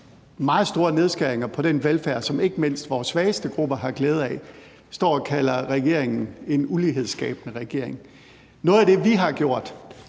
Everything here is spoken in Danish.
meget store nedskæringer på den velfærd, som ikke mindst vores svageste grupper har glæde af, står og kalder regeringen en ulighedsskabende regering. Noget af det, vi har gjort,